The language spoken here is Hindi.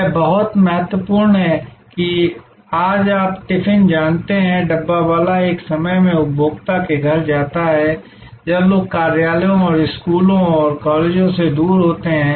यह बहुत महत्वपूर्ण है कि आज आप टिफिन जानते हैं डब्बावाला एक समय में उपभोक्ता के घर जाता है जब लोग कार्यालयों और स्कूलों और कॉलेजों से दूर होते हैं